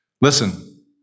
Listen